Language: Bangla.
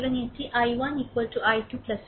সুতরাং ছেড়ে সুতরাং এটি I1 I2 5